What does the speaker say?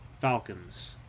Falcons